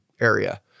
area